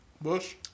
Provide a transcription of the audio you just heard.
Bush